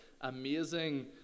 amazing